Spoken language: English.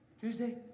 Tuesday